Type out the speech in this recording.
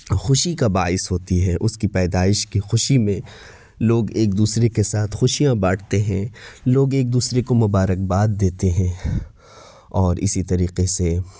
خوشی کا باعث ہوتی ہے اس کی پیدائش کی خوشی میں لوگ ایک دوسرے کے ساتھ خوشیاں بانٹتے ہیں لوگ ایک دوسرے کو مبارک باد دیتے ہیں اور اسی طریقے سے